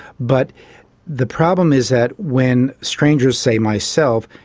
but the problem is that when strangers, say myself,